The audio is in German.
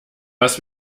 was